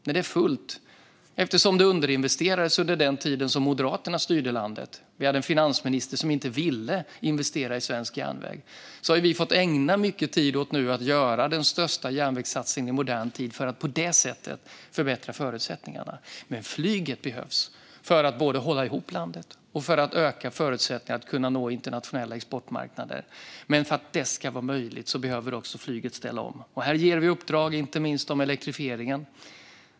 Det är fullt eftersom det underinvesterades under den tid då Moderaterna styrde landet och vi hade en finansminister som inte ville investera i svensk järnväg. Vi har fått ägna mycket tid åt att göra den största järnvägssatsningen i modern tid för att på det sättet förbättra förutsättningarna. Flyget behövs, både för att hålla ihop landet och för att öka förutsättningarna att nå internationella exportmarknader. Men för att det ska vara möjligt behöver också flyget ställa om. Här ger vi uppdrag, inte minst om elektrifiering.